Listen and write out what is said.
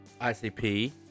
ICP